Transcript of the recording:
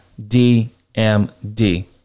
DMD